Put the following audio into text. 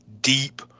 deep